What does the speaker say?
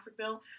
Africville